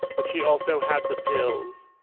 but she also had the pills.